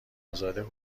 ازاده